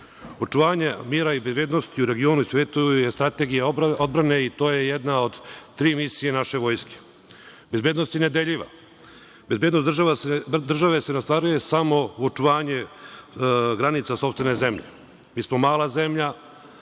svetu. Očuvanje mira i bezbednosti u regionu je strategija odbrane i to je jedna od tri misije naše vojske. Bezbednost je nedeljiva, bezbednost države se ostvaruje samo u očuvanju granica sopstvene zemlje. Mi smo mala zemlja